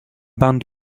band